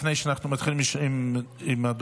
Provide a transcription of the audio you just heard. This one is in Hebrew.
לפני שאנחנו מתחילים עם הדוברים,